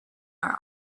are